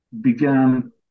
began